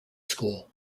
school